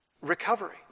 recovery